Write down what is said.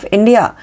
India